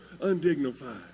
undignified